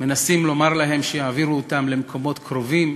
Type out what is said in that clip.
מנסים לומר להם שיעבירו אותם למקומות קרובים